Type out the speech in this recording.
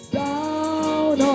down